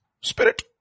spirit